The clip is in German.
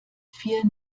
vier